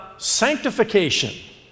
sanctification